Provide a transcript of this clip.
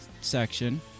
section